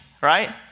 right